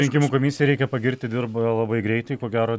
rinkimų komisiją reikia pagirti dirba labai greitai ko gero